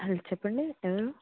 hello చెప్పండి ఎవరు